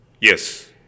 yes